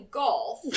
golf